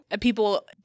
People